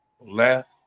left